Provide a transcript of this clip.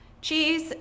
Cheers